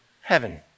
heaven